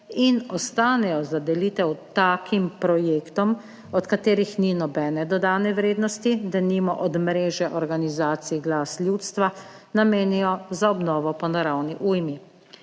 in ostanejo za delitev takim projektom, od katerih ni nobene dodane vrednosti, denimo od mreže organizacij glas ljudstva namenijo za obnovo po naravni ujmi.